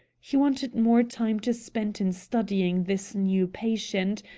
he wanted more time to spend in studying this new patient,